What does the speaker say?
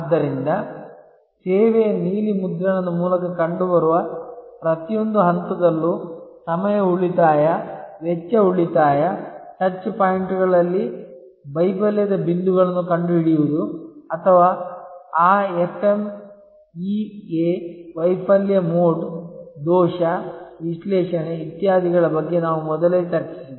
ಆದ್ದರಿಂದ ಸೇವೆಯ ನೀಲಿ ನಕ್ಷೆ ಮೂಲಕ ಕಂಡುಬರುವ ಪ್ರತಿಯೊಂದು ಹಂತದಲ್ಲೂ ಸಮಯ ಉಳಿತಾಯ ವೆಚ್ಚ ಉಳಿತಾಯ ಟಚ್ ಪಾಯಿಂಟ್ಗಳಲ್ಲಿ ವೈಫಲ್ಯದ ಬಿಂದುಗಳನ್ನು ಕಂಡುಹಿಡಿಯುವುದು ಅಥವಾ ಆ FMEA ವೈಫಲ್ಯ ಮೋಡ್ ದೋಷ ವಿಶ್ಲೇಷಣೆ ಇತ್ಯಾದಿಗಳ ಬಗ್ಗೆ ನಾವು ಮೊದಲೇ ಚರ್ಚಿಸಿದ್ದೇವೆ